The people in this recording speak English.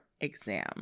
exam